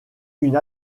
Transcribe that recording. une